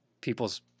people's